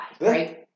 Right